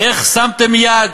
איך שמתם יד